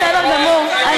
בסדר גמור.